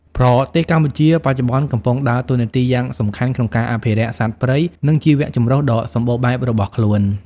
ប្រទេសកម្ពុជាបច្ចុប្បន្នកំពុងដើរតួនាទីយ៉ាងសំខាន់ក្នុងការអភិរក្សសត្វព្រៃ និងជីវៈចម្រុះដ៏សម្បូរបែបរបស់ខ្លួន។